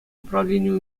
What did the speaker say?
управленийӗ